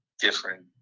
different